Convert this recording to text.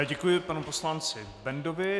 Děkuji panu poslanci Bendovi.